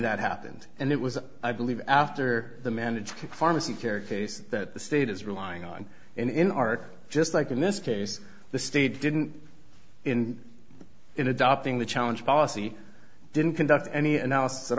that happened and it was i believe after the managed pharmacy kera case that the state is relying on in art just like in this case the state didn't in adopting the challenge policy didn't conduct any analysis at